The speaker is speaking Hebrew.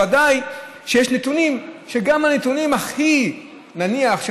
בוודאי כשיש נתונים שהם גם נניח הנתונים הכי טובים,